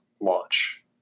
launch